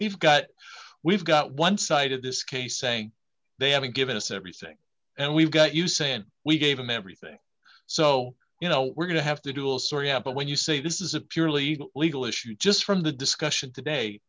we've got we've got one side of this case saying they haven't given us everything and we've got you saying we gave them everything so you know we're going to have to duel syria but when you say this is a purely legal issue just from the discussion today